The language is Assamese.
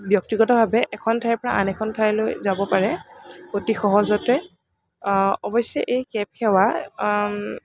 ব্য়ক্তিগতভাৱে এখন ঠাইৰপৰা আন এখন ঠাইলৈ যাব পাৰে অতি সহজতে অৱশ্য়ে এই কেব সেৱা